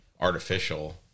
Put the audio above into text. artificial